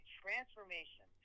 transformation